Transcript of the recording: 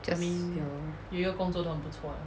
just ya lor